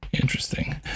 Interesting